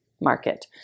market